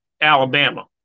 Alabama